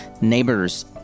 neighbors